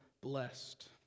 blessed